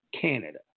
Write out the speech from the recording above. Canada